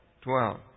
Twelve